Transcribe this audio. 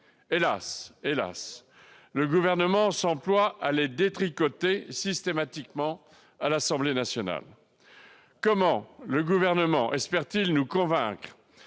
Hélas, le Gouvernement s'emploie à « détricoter » systématiquement ces mesures à l'Assemblée nationale ! Comment le Gouvernement espère-t-il nous convaincre